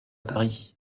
paris